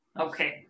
Okay